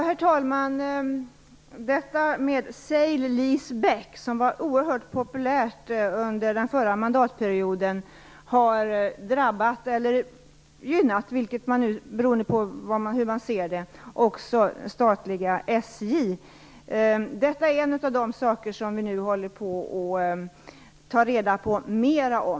Herr talman! Detta med sale-lease back, som var oerhört populärt under den förra mandatperioden, har drabbat eller gynnat, beroende på hur man ser det, också statliga SJ. Detta är en av de saker som vi nu håller på att ta reda på mer om.